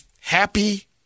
Happy